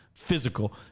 physical